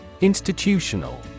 Institutional